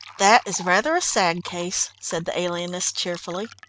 that is rather a sad case, said the alienist cheerfully.